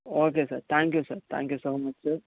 okay sir thank yu sir thank you so much sir